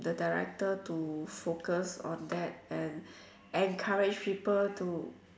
the director to focus on that and encourage people to